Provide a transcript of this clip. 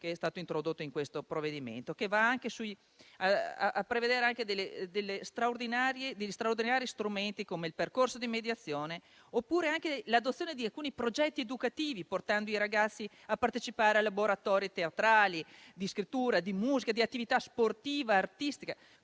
quanto introdotto in questo provvedimento, che va a prevedere anche degli strumenti straordinari, quali il percorso di mediazione oppure l'adozione di alcuni progetti educativi, portando i ragazzi a partecipare a laboratori teatrali, di scrittura, di musica, di attività sportiva, artistica: